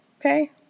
Okay